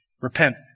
Repent